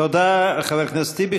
תודה לחבר הכנסת טיבי.